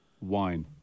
wine